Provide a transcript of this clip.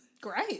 Great